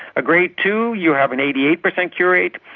a grade two, you have an eighty eight percent cure rate.